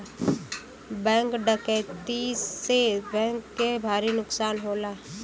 bank डकैती से bank के भारी नुकसान होला